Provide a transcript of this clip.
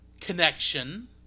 connection